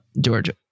Georgia